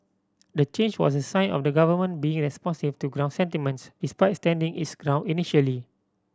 the change was a sign of the government being responsive to ground sentiments despite standing its ground initially